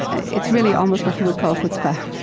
it's really almost what you would call chutzpah.